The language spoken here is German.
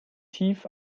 tief